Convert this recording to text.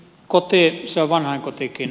koti se on vanhainkotikin